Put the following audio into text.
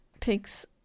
takes